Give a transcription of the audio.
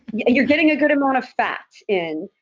you're getting a good amount of fat in.